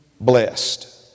blessed